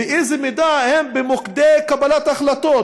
באיזו מידה הם במוקדי קבלת ההחלטות,